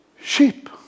sheep